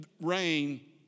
Rain